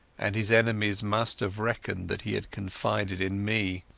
and his enemies must have reckoned that he had confided in me.